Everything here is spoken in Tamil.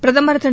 பிரதமர் திரு